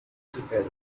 together